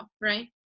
right